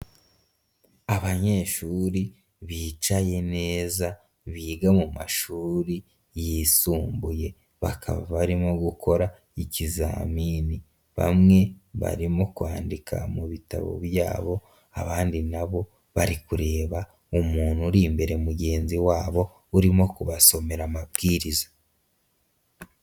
Abanyeshuri bicaye neza biga mu mashuri yisumbuye, bakaba barimo gukora ikizamini, bamwe barimo kwandika mu bitabo byabo, abandi nabo bari kureba umuntu uri imbere mugenzi wabo urimo kubasomera amabwiriza.